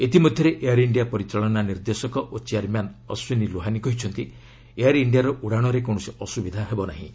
ଇତିମଧ୍ୟରେ air India ପରିଚାଳନା ନିର୍ଦ୍ଦେଶକ ଓ ଚେୟାରମ୍ୟାନ୍ ଅଶ୍ୱିନୀ ଲୋହାନୀ କହିଛନ୍ତି ଏୟାର୍ ଇଣ୍ଡିଆର ଉଡ଼ାଶରେ କୌଣସି ଅସୁବିଧା ହେବ ନାହିଁ